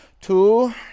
Two